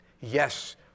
yes